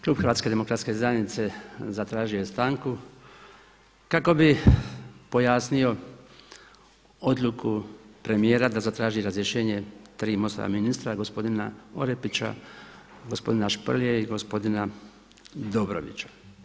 Klub HDZ-a zatražio je stanku kako bi pojasnio odluku premijera da zatraži razrješenje tri MOST-ova ministra gospodina Orepića, gospodina Šprlje i gospodina Dobrovića.